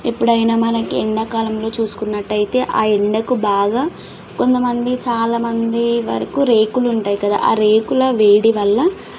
ఎప్పుడైనా మనకి ఎండాకాలంలో చూసుకున్నట్టయితే ఆ ఎండకు బాగా కొంతమంది చాలామంది వరకు రేకులు ఉంటాయి కదా ఆ రేకుల వేడి వల్ల